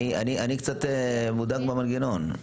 אני קצת מודאג מהמנגנון.